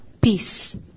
peace